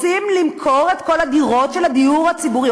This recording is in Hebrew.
רוצים למכור את כל הדירות של הדיור הציבורי,